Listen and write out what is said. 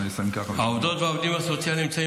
העובדות והעובדים הסוציאליים נמצאים